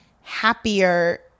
happier